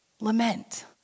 Lament